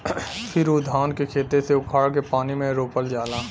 फिर उ धान के खेते से उखाड़ के पानी में रोपल जाला